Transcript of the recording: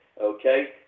okay